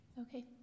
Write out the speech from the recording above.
Okay